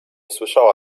słyszała